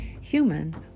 human